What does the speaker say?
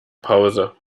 pause